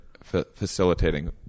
facilitating